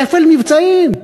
כפל מבצעים: